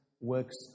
works